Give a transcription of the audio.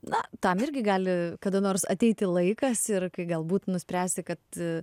na tam irgi gali kada nors ateiti laikas ir kai galbūt nuspręsi kad